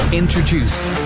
introduced